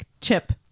chip